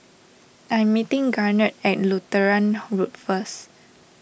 I'm meeting Garnet at Lutheran Road first